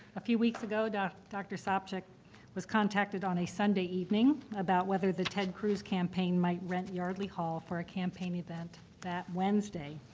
a few weeks ago, dr. sopcich was contacted on a sunday evening about whether the ted cruz campaign might rent yardley hall for a campaign event that wednesday.